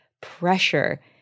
pressure